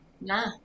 nah